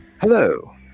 Hello